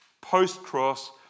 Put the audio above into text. post-cross